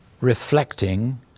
reflecting